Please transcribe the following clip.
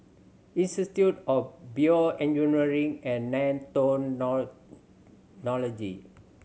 Institute of BioEngineering and Nanotechnology